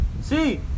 See